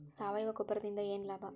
ಸಾವಯವ ಗೊಬ್ಬರದಿಂದ ಏನ್ ಲಾಭ?